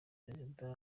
perezida